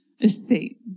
estate